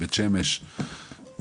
בית שמש,